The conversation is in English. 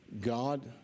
God